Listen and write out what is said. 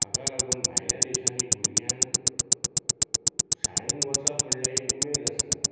हाका लागून भायल्या देशांनीं भुरग्यांक शाळेंत वचप म्हणल्यार एक उमेद आसता